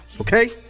Okay